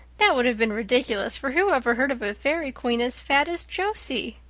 that would have been ridiculous, for who ever heard of a fairy queen as fat as josie?